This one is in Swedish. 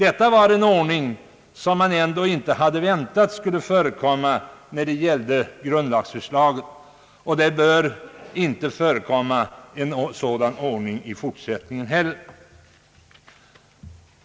En sådan ordning hade man ändå inte väntat sig vid behandlingen av ett grundlagsförslag. I fortsättningen bör heller inte en sådan ordning få tillämpas.